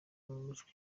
amajwi